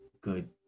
good